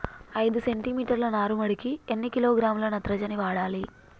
ఐదు సెంటి మీటర్ల నారుమడికి ఎన్ని కిలోగ్రాముల నత్రజని వాడాలి?